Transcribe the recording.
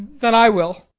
then i will!